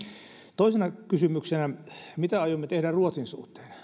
toisena kysymyksenä mitä aiomme tehdä ruotsin suhteen